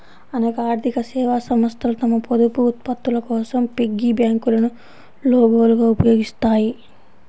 అనేక ఆర్థిక సేవా సంస్థలు తమ పొదుపు ఉత్పత్తుల కోసం పిగ్గీ బ్యాంకులను లోగోలుగా ఉపయోగిస్తాయి